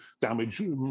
damage